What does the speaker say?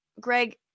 Greg